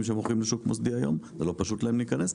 שמוכרים לשוק מוסדי היום ולא פשוט להם להיכנס.